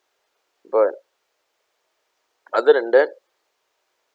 but other than that